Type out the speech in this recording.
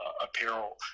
apparel